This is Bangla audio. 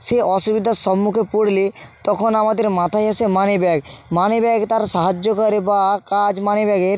সে অসুবিধার সম্মুখে পড়লে তখন আমাদের মাথায় আসে মানি ব্যাগ মানি ব্যাগ তার সাহায্য করে বা কাজ মানি ব্যাগের